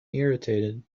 irritated